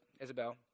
Isabel